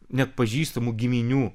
net pažįstamų giminių